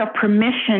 permission